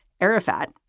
Arafat